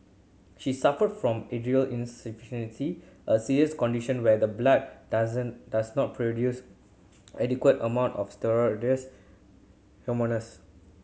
she suffered from adrenal insufficiency a serious condition where the blood doesn't does not produce adequate amount of steroid